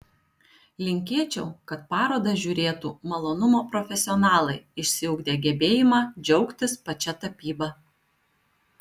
linkėčiau kad parodą žiūrėtų malonumo profesionalai išsiugdę gebėjimą džiaugtis pačia tapyba